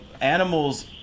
animals